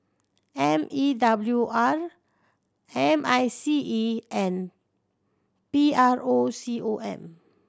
M E W R M I C E and P R O C O M